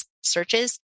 searches